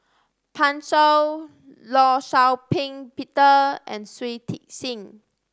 Pan Shou Law Shau Ping Peter and Shui Tit Sing